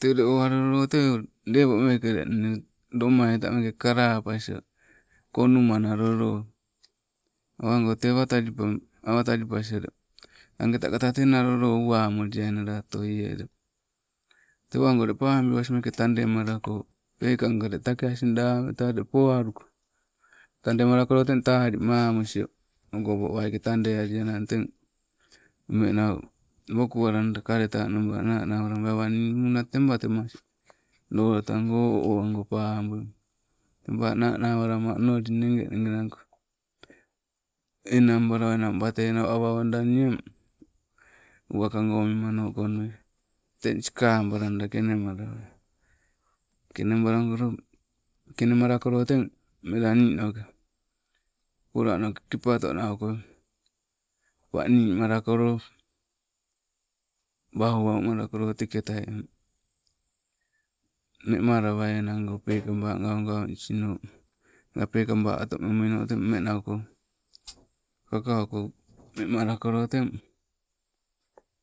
Tee ule oh alolo tee ule lepomeke nne lomaita kalapasio, konuma nalolo, awago te watalipa awa talipes ule angeta kata tee nalolo uwa moliainale otoie, tewago ule paaba aas mekee tandemalako pekanka ule taake asing laang kata ule poaluko, tandemalako teng tali mamusio, okopo waike tandee aliainang teng mmeng nau, woku alanda kaletanaba nanawalabai awa nii muuna tema temes, lolotago oh owago pabui. Teeba nawalama, onnoli negenege nago, enang balawainong watee no, awa owanda nii nee eng uwakago memanokonui teng sikabalan da kenemalewai. Kenebalagolo, kenemalakolo teng melaa niinoke, polaanoke kepatonauko panii malakolo wauwau malakolo teketai memalawai enangoo pekaba gaugau nisinoo, ah pekaba otomem maino teng mme nauko, kakauko memalakolo teng,